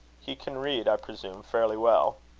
he can read, i presume, fairly well?